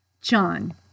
John